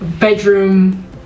bedroom